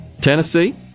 Tennessee